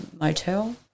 motel